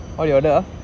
what you order ah